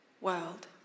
world